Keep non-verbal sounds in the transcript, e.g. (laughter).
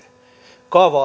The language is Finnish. kaava (unintelligible)